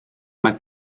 mae